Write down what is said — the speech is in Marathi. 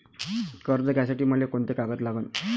कर्ज घ्यासाठी मले कोंते कागद लागन?